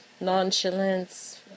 nonchalance